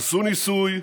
עשו ניסוי,